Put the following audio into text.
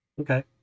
okay